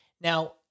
Now